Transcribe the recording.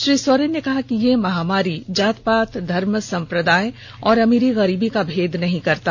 श्री सोरेन ने कहा कि यह महामारी जात पात धर्म संप्रादय और अमीरी गरीबी का भेद नहीं करता